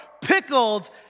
pickled